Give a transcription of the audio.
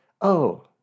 Oh